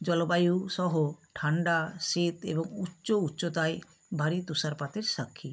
জলবায়ু সহ ঠান্ডা শীত এবং উচ্চ উচ্চতায় ভারী তুষারপাতের সাক্ষী